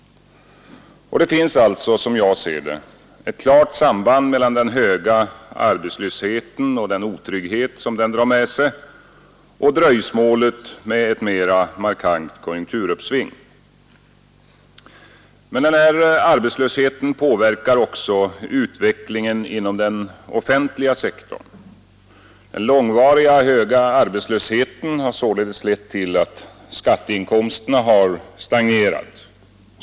Det finns alltså — som jag ser det — ett klart samband mellan den höga arbetslösheten och den otrygghet som den drar med sig och dröjsmålet med ett mera markant konjunkturuppsving. Men arbetslösheten påverkar också utvecklingen inom den offentliga sektorn. Den långvariga höga arbetslösheten har således lett till att skatteinkomsterna har stagnerat.